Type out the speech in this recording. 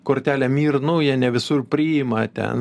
kortelę mir nu ją ne visur priima ten